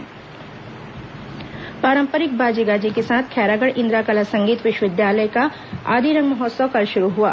आदिरंग महोत्सव पारंपरिक बाजे गाजे के साथ खैरागढ़ इंदिरा कला संगीत विश्वविद्यालय का आदिरंग महोत्सव कल शुरू हआ